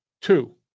two